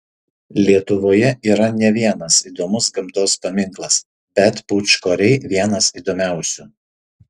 lietuvoje yra ne vienas įdomus gamtos paminklas bet pūčkoriai vienas įdomiausių